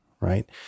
right